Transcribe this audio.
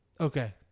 Okay